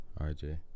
RJ